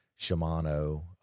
Shimano